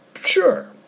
Sure